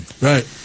Right